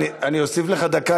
אני אוסיף לך דקה.